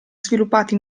sviluppati